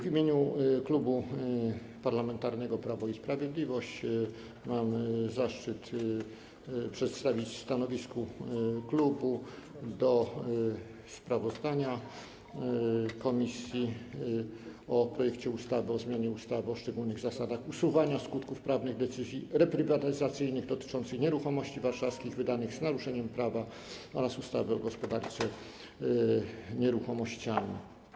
W imieniu Klubu Parlamentarnego Prawo i Sprawiedliwość mam zaszczyt przedstawić stanowisko klubu co do sprawozdania komisji o projekcie ustawy o zmianie ustawy o szczególnych zasadach usuwania skutków prawnych decyzji reprywatyzacyjnych dotyczących nieruchomości warszawskich, wydanych z naruszeniem prawa oraz ustawy o gospodarce nieruchomościami.